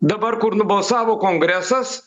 dabar kur nubalsavo kongresas